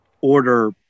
order